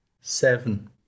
seven